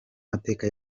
mateka